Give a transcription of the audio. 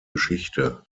geschichte